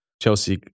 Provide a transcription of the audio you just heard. Chelsea